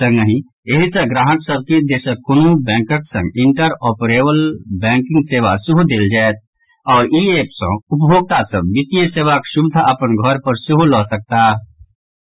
संगहि एहि सॅ ग्राहक सभ के देशक कोनो बैंकक संग इंटर ऑपरेबल बैंकिंग सेवा सेहो देल जायत आओर ई एप सॅ उपभोक्ता सभ वित्तीय सेवाक सुविधा अपन घर पर सेहो लऽ सकैत छथि